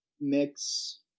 mix